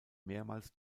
mehrmals